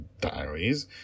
diaries